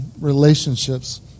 relationships